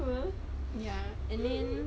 ya and then